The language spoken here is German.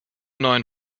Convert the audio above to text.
neuen